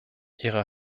ihre